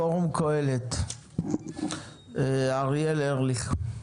פורום קהלת, אריאל ארליך.